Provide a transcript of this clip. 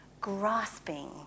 grasping